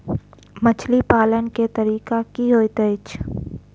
मछली पालन केँ तरीका की होइत अछि?